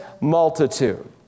multitude